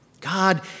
God